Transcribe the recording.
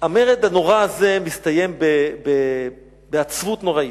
המרד הנורא הזה מסתיים בעצבות נוראית,